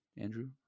Andrew